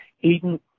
Eden